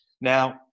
Now